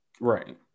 Right